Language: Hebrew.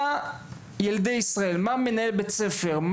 מה מנהל בית ספר,